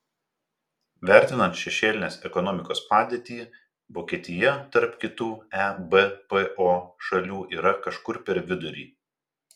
vertinant šešėlinės ekonomikos padėtį vokietija tarp kitų ebpo šalių yra kažkur per vidurį